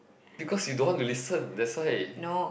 because you don't want to listen that's why